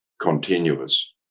continuous